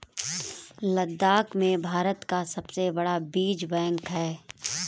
लद्दाख में भारत का सबसे बड़ा बीज बैंक है